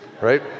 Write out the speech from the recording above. right